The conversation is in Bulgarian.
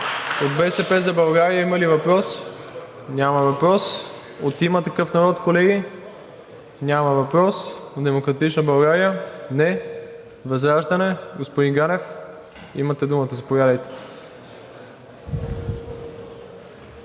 От „БСП за България“ има ли въпрос? Няма. От „Има такъв народ“, колеги? Няма въпрос. От „Демократична България“? Не. От ВЪЗРАЖДАНЕ? Господин Ганев, имате думата, заповядайте.